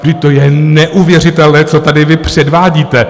Vždyť to je neuvěřitelné, co tady vy předvádíte.